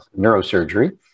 neurosurgery